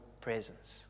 presence